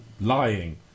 lying